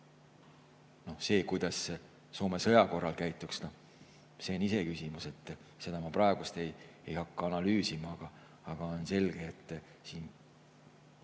see, kuidas Soome sõja korral käituks, on iseküsimus. Seda ma praegu ei hakka analüüsima, aga on selge, et Soome